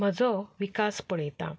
म्हजो विकास पळयता